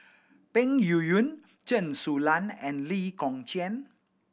Peng Yuyun Chen Su Lan and Lee Kong Chian